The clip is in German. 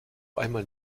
einmal